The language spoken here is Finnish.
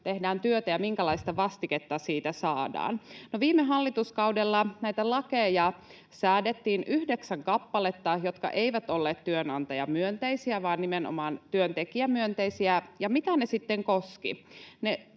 tehdään työtä ja minkälaista vastiketta siitä saadaan. No, viime hallituskaudella säädettiin yhdeksän kappaletta näitä lakeja, jotka eivät olleet työnantajamyönteisiä vaan nimenomaan työntekijämyönteisiä. Ja mitä ne sitten koskivat?